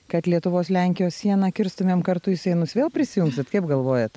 kad lietuvos lenkijos sieną kirstumėm kartu į seinus vėl prisijungsit kaip galvojat